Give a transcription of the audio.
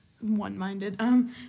One-minded